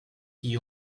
qui